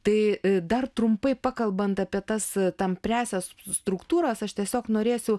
tai dar trumpai pakalbant apie tas tampriąsias struktūras aš tiesiog norėsiu